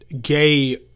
gay